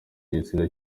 gitsina